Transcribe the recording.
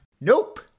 Nope